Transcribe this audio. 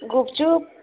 gupchup